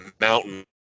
mountain